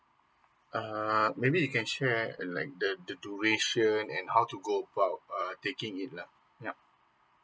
uh maybe you can share like the the duration and how to go about uh taking it lah yeah